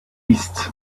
east